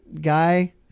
guy